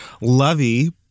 lovey